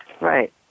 right